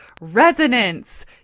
resonance